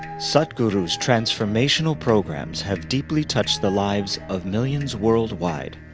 sadhguru's transformational programs have deeply touched the lives of millions worldwide.